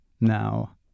now